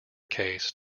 case